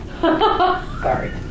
Sorry